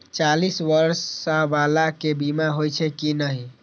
चालीस बर्ष बाला के बीमा होई छै कि नहिं?